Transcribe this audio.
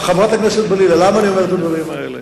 חברת הכנסת בלילא, למה אני אומר את הדברים האלה?